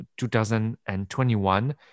2021